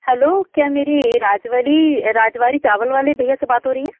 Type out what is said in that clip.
hello क्या मेरी राजवरी राजवरी चावल वाली भैया से बात हो रही है